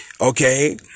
Okay